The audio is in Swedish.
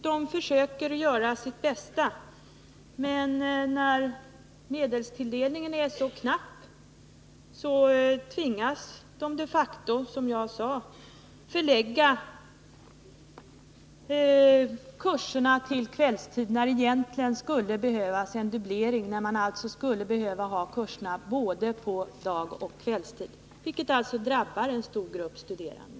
Herr talman! Jag är övertygad om att de försöker göra sitt bästa, men när medelstilldelningen är så knapp tvingas de, som jag sade, att förlägga kurserna till kvällstid när det egentligen skulle behövas en dubblering — när man alltså skulle behöva ha kurserna på både dagoch kvällstid. Detta drabbar en stor grupp studerande.